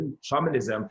shamanism